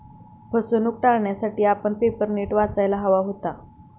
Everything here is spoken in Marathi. फसवणूक टाळण्यासाठी आपण पेपर नीट वाचायला हवा होता